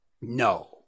No